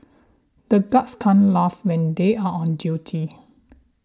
the guards can't laugh when they are on duty